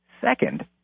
Second